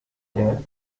death